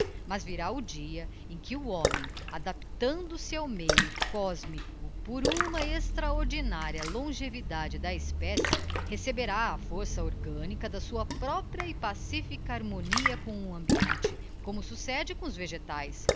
mas virá o dia em que o homem adaptando se ao meio cósmico por uma extraordinária longevidade da espécie receberá a força orgânica da sua própria e pacifica harmonia com o ambiente como succede com os vegetaes